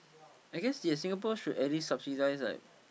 I guess yes Singapore should at least subsidise right